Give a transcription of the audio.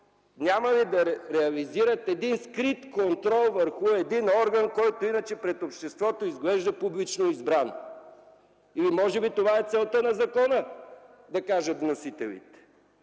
няма ли да реализират скрит контрол върху един орган, който пред обществото изглежда публично избран?! Или може би това е целта на закона?! Да кажат вносителите!